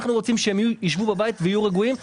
אנחנו רוצים שהם ישבו בבית ויהיו רגועים,